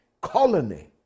colony